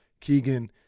Keegan